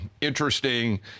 interesting